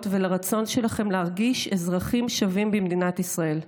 ולרצון שלכם להרגיש אזרחים שווים במדינת ישראל.